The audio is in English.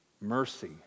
mercy